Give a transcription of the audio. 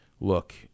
look